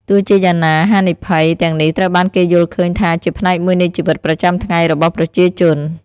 ទោះជាយ៉ាងណា ហានិភ័យទាំងនេះត្រូវបានគេយល់ឃើញថាជាផ្នែកមួយនៃជីវិតប្រចាំថ្ងៃរបស់ប្រជាជន។